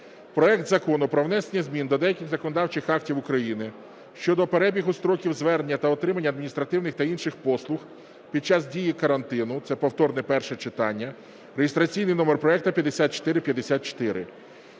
проект Закону про внесення змін до деяких законодавчих актів України щодо перебігу строків звернення за отриманням адміністративних та інших послуг під час дії карантину, це повторне перше читання (реєстраційний номер проекту 5454).